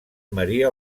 maria